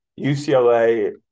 UCLA